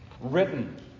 written